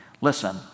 Listen